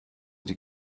die